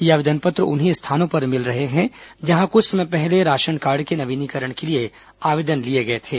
ये आवेदन पत्र उन्हीं स्थानों पर मिल रहे हैं जहां कुछ समय पहले राशन कार्ड के नवीनीकरण के लिए आवेदन लिए गए थे